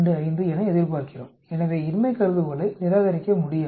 625 என எதிர்பார்க்கிறோம் எனவே இன்மை கருதுகோளை நிராகரிக்க முடியாது